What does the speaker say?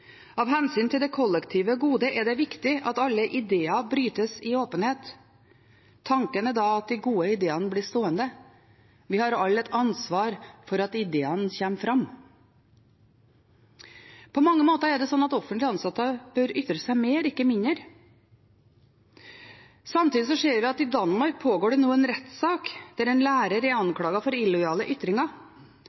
Av hensyn til det kollektive gode er det viktig at alle ideer brytes i åpenhet. Tanken er da at de gode ideene blir stående. Vi har alle ansvar for at ideer kommer fram.» På mange måter er det slik at offentlig ansatte bør ytre seg mer, ikke mindre. Samtidig ser vi at i Danmark pågår det nå en rettssak der en lærer er anklaget for illojale ytringer.